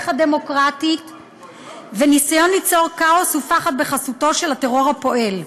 הדמוקרטית וניסיון ליצור כאוס ופחד שבחסותם הטרור פועל.